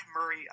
Murray